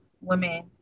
women